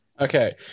Okay